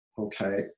okay